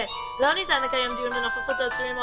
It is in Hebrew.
אני ממשיכה בקריאה: (ב)לא ניתן לקיים דיון בנוכחות